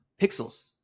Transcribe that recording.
pixels